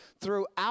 throughout